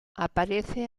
aparece